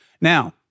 Now